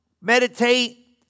Meditate